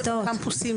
הפסדתם.